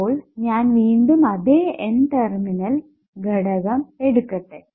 അപ്പോൾ ഞാൻ വീണ്ടും അതേ N ടെർമിനൽ ഘടകം എടുക്കട്ടേ